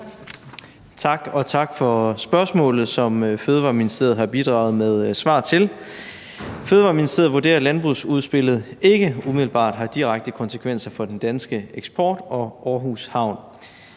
Tak, og tak for spørgsmålet, som Fødevareministeriet har bidraget med svar til. Fødevareministeriet vurderer, at landbrugsudspillet ikke umiddelbart har direkte konsekvenser for den danske eksport og Aarhus Havn.